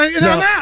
no